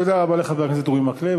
תודה רבה לחבר הכנסת אורי מקלב.